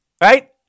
right